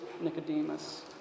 Nicodemus